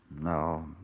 No